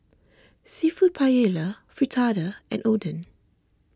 Seafood Paella Fritada and Oden